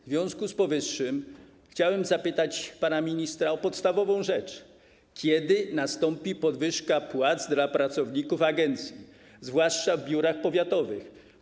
W związku z powyższym chciałem zapytać pana ministra o podstawową rzecz: Kiedy nastąpi podwyżka płac dla pracowników agencji, zwłaszcza w biurach powiatowych?